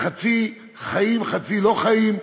בחצי חיים, חצי לא חיים,